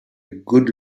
good